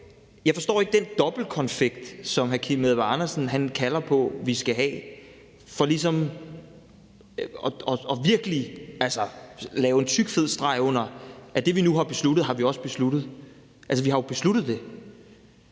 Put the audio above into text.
jeg forstår ikke den dobbeltkonfekt, som hr. Kim Edberg Andersen kalder på vi skal have for ligesom virkelig at lave en tyk, fed streg under, at det, vi nu har besluttet, har vi også besluttet. Altså, vi har jo besluttet det.